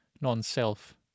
non-self